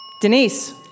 Denise